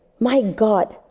my god!